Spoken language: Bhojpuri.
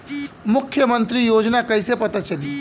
मुख्यमंत्री योजना कइसे पता चली?